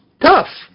Tough